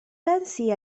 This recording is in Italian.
pensi